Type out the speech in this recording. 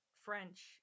french